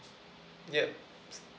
yup